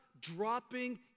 dropping